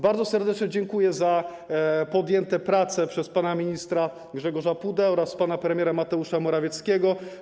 Bardzo serdecznie dziękuję za prace podjęte przez pana ministra Grzegorza Pudę oraz pana premiera Mateusza Morawieckiego.